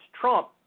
Trump